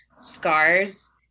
scars